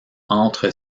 entre